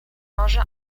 może